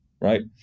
Right